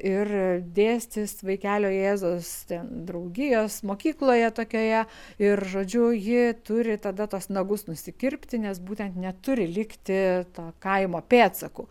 ir dėstys vaikelio jėzaus draugijos mokykloje tokioje ir žodžiu ji turi tada tuos nagus nusikirpti nes būtent neturi likti kaimo pėdsakų